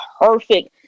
perfect